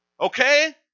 Okay